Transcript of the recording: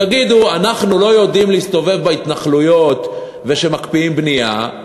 תגידו: אנחנו לא יודעים להסתובב בהתנחלויות כשמקפיאים בנייה,